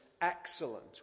excellent